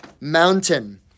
mountain